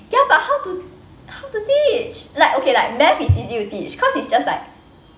ya but how to how to teach like okay like math is easy to teach cause it's just like